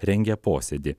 rengia posėdį